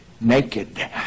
naked